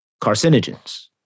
Carcinogens